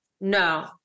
No